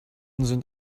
sind